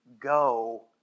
go